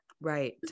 right